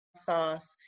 sauce